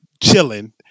chilling